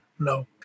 No